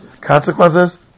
Consequences